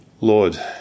Lord